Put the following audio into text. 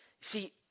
see